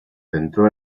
centró